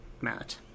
Matt